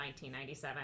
1997